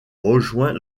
rejoint